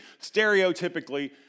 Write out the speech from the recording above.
stereotypically